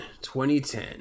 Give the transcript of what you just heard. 2010